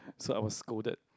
so I was scolded